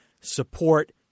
support